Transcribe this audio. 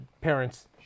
parents